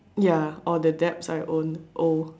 ya or the debts I own owe